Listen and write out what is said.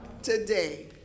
Today